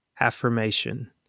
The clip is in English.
Affirmation